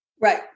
Right